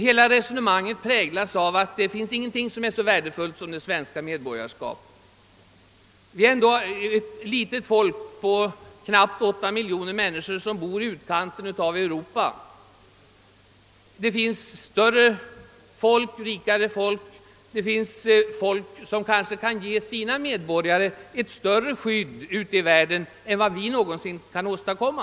Hela resonemanget här präglas av att ingenting är så värdefullt som det svenska medborgarskapet. Vi är ändå ett litet folk — knappt 8 miljoner människor — som bor i utkanten av Europa. Det finns ute i världen större folk. Det finns länder som kanske kan ge sina medborgare ett större skydd än vad vi någonsin kan åstadkomma.